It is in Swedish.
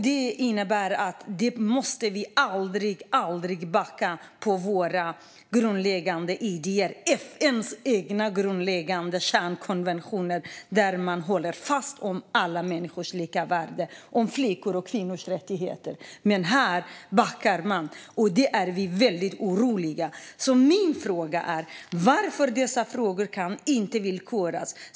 Det innebär att vi aldrig får backa på våra grundläggande idéer eller FN:s egna grundläggande kärnkonventioner, där man håller fast vid alla människors lika värde och flickors och kvinnors rättigheter. Men nu backar man, och det gör oss väldigt oroliga. Min fråga är därför: Varför kan dessa frågor inte villkoras?